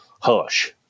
hush